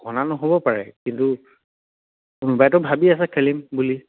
নহ'ব পাৰে কিন্তু কোনোবাইতো ভাবি আছে খেলিম বুলি